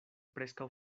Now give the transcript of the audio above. preskaŭ